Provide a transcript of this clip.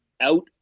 out